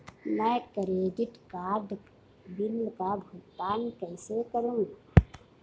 मैं credit card bill का भुगतान कैसे करूं?